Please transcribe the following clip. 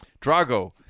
Drago